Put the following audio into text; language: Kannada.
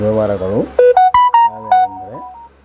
ವ್ಯವಹಾರಗಳು ಯಾವ್ಯಾವೆಂದರೆ